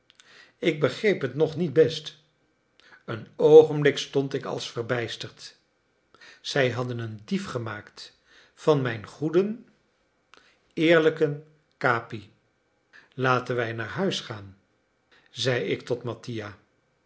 ik begreep het nog niet best een oogenblik stond ik als verbijsterd zij hadden een dief gemaakt van mijn goeden eerlijken capi laten wij naar huis gaan zeide ik tot mattia